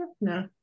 no